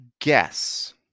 guess